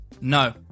no